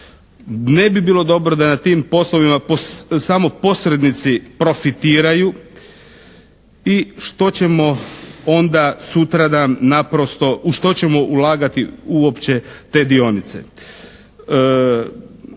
ne bi bilo dobro da na tim poslovima samo posrednici profitiraju i što ćemo onda sutradan naprosto, u što ćemo ulagati uopće te dionice.